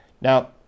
Now